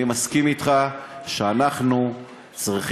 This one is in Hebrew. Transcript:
אני מסכים אתך שאנחנו צריכים,